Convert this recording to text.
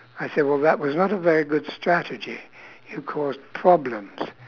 I said well that was not a very good strategy it caused problems